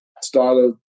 Started